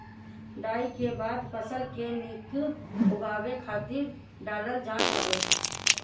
डाई के खाद फसल के निक उगावे खातिर डालल जात हवे